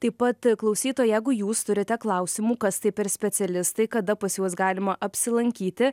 taip pat klausytojai jeigu jūs turite klausimų kas tai per specialistai kada pas juos galima apsilankyti